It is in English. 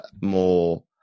more